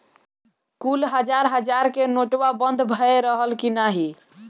कुल हजार हजार के नोट्वा बंद भए रहल की नाही